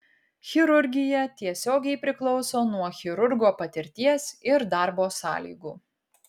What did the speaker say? chirurgija tiesiogiai priklauso nuo chirurgo patirties ir darbo sąlygų